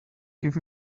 give